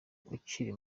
ukiri